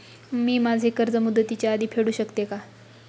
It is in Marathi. मी माझे कर्ज मुदतीच्या आधी फेडू शकते का?